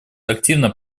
активно